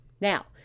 Now